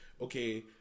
okay